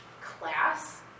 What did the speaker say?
class